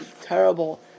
terrible